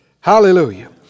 Hallelujah